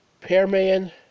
Pearman